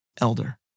elder